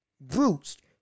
Bruised